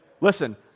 Listen